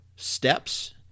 steps